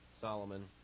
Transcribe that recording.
Solomon